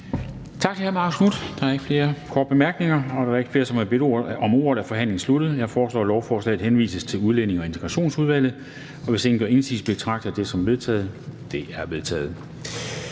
Tak til hr. Marcus Knuth. Der er ikke flere korte bemærkninger. Da der ikke er flere, som har bedt om ordet, er forhandlingen sluttet. Jeg foreslår, at forslaget til folketingsbeslutning henvises til Udlændinge- og Integrationsudvalget. Hvis ingen gør indsigelse, betragter jeg det som vedtaget. Det er vedtaget.